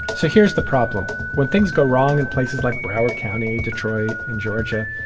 so here's the problem. when things go wrong in places like broward county, detroit, in georgia,